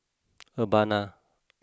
Urbana